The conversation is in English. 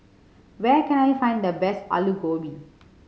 where can I find the best Alu Gobi